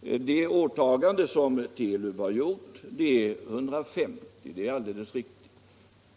Det åtagande som Telub har gjort är att sysselsätta 150 personer —- det är alldeles riktigt.